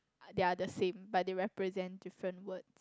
they are the same but they represent different words